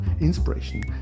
inspiration